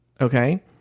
Okay